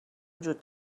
وجود